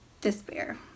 despair